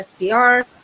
SPR